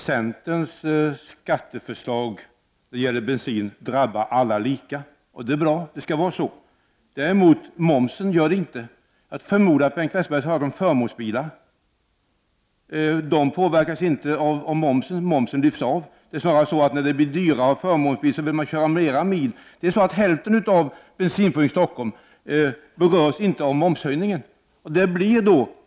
Herr talman! Centerns förslag om bensinskatt drabbar alla lika, och det är bra — det skall vara så. Däremot gör inte momsen det. Bengt Westerberg talade om förmånsbilar, och de påverkas inte. När det blir dyrare att ha förmånsbil vill man snarare köra mera. Hälften av bensinförbrukningen i Stockholm berörs inte av momshöjningen.